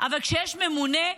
אבל כשיש ממונה,